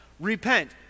Repent